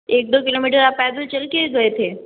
एक दो kilometre आप पैदल चल के गए थे